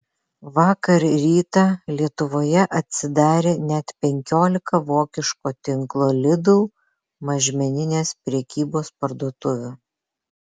vakar rytą lietuvoje atsidarė net penkiolika vokiško tinklo lidl mažmeninės prekybos parduotuvių